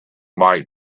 might